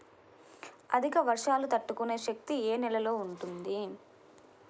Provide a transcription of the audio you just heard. అధిక వర్షాలు తట్టుకునే శక్తి ఏ నేలలో ఉంటుంది?